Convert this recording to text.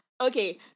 Okay